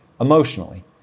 emotionally